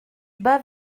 bas